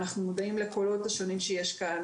אנחנו מודעים לקולות השונים שיש כאן